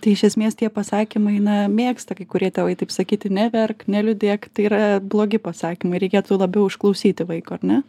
tai iš esmės tie pasakymai na mėgsta kai kurie tėvai taip sakyti neverk neliūdėk tai yra blogi pasakymai reikėtų labiau išklausyti vaiko ar ne